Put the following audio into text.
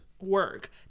work